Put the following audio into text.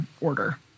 order